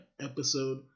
episode